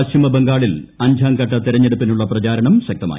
പശ്ചിമബംഗാളിൽ അഞ്ചാംഘട്ട തെരഞ്ഞെടുപ്പിനുള്ള പ്രചാരണം ശക്തമായി